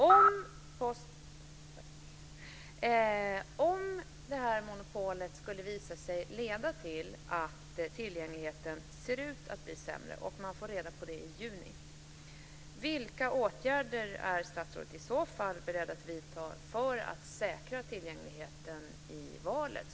Om det skulle visa sig i juni att monopolet leder till att tillgängligheten verkar bli sämre, vilka åtgärder är statsrådet i så fall beredd att vidta för att säkra tillgängligheten i valet?